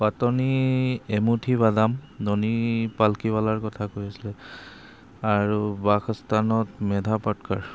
পাতনি এমুথি বাদাম ননী পালকিৱালাৰ কথা কৈ আছিলে আৰু বাসস্থানত মেধা পাটকাৰ